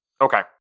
Okay